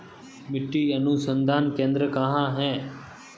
मिट्टी अनुसंधान केंद्र कहाँ है?